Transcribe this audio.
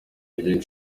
ryo